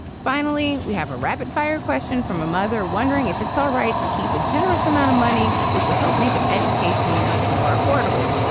finally, we have a rapid fire question from a mother wondering if it's all right to keep a generous amount of money which will help make education much more affordable.